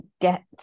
get